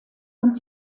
und